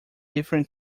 different